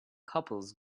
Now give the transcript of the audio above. couples